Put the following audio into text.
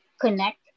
connect